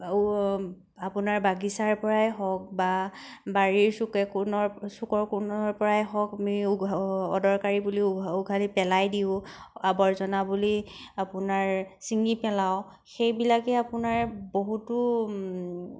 আপোনাৰ বাগিচাৰ পৰাই হওক বা বাৰীৰ চুকে কোণৰ চুকৰ কোণৰ পৰাই হওক আমি উঘ অদৰকাৰী বুলি উ উঘালি পেলাই দিওঁ আৱৰ্জনা বুলি আপোনাৰ ছিঙি পেলাওঁ সেইবিলাকে আপোনাৰ বহুতো